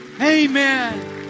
amen